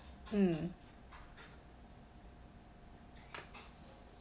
mm